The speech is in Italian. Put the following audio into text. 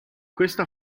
questa